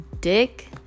dick